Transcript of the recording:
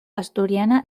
asturiana